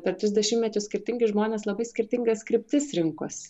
per tris dešimtmečius skirtingi žmonės labai skirtingas kryptis rinkos